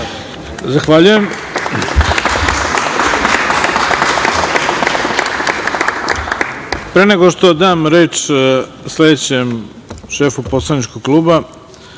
Zahvaljujem. Pre nego što dam reč sledećem šefu poslaničkog kluba,